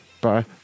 Bye